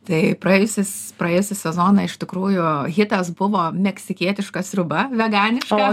tai praėjusis praėjusį sezoną iš tikrųjų hitas buvo meksikietiška sriuba veganiška